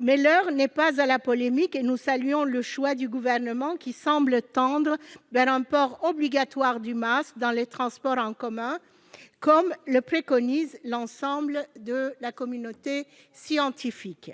mais l'heure n'est pas à la polémique, et nous saluons le choix du Gouvernement, qui semble tendre vers un port obligatoire du masque dans les transports en commun, comme le préconise l'ensemble de la communauté scientifique.